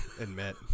admit